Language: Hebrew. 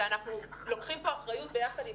ואנחנו לוקחים פה אחריות ביחד איתכם,